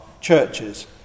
churches